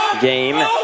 game